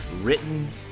written